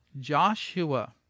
Joshua